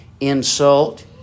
insult